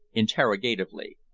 interrogatively.